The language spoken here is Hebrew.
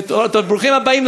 ברוכים הבאים,